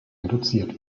reduziert